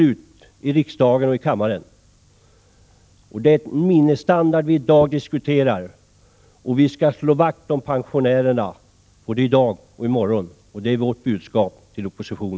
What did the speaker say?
Vad vi i dag diskuterar är en minimistandard. Vårt budskap till oppositionen är att man skall slå vakt om pensionärerna både i dag och i morgon.